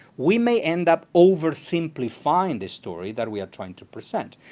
we may end up oversimplifying the story that we are trying to present.